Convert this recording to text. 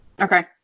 Okay